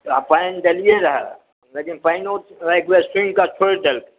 आ पानि देलियै रहए लेकिन पानियो एक बेर सूँघि कऽ छोड़ि देलकै